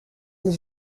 les